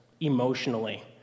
emotionally